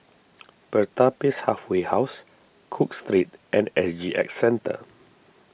Pertapis Halfway House Cook Street and S G X Centre